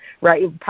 right